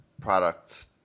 product